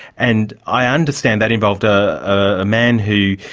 and i understand that involved a ah man who.